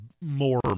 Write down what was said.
more